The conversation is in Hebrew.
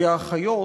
כי האחיות,